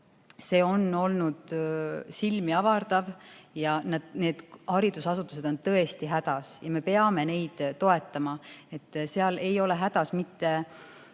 See on olnud silmiavardav. Need haridusasutused on tõesti hädas ja me peame neid toetama. Seal ei ole hädas mitte